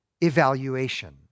evaluation